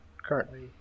currently